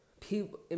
People